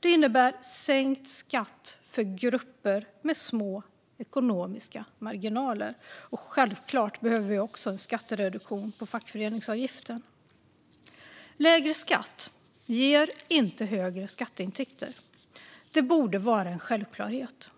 Detta innebär sänkt skatt för grupper med små ekonomiska marginaler. Självklart behöver vi också en skattereduktion för fackföreningsavgiften. Lägre skatter ger inte högre skatteintäkter. Det borde vara en självklarhet.